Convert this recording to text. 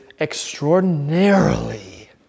extraordinarily